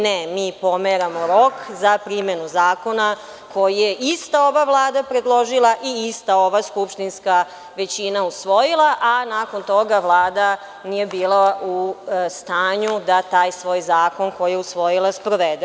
Ne, mi pomeramo rok za primenu zakona koji je ista ova Vlada predložila i ista ova skupštinska većina usvojila, a nakon toga Vlada nije bila u stanju da taj svoj zakon, koji je usvojila, sprovede.